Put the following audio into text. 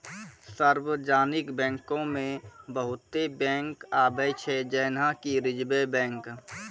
सार्वजानिक बैंको मे बहुते बैंक आबै छै जेना कि रिजर्व बैंक